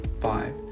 five